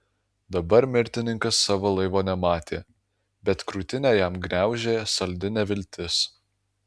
dabar mirtininkas savo laivo nematė bet krūtinę jam gniaužė saldi neviltis